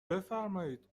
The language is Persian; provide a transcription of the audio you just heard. بفرمایید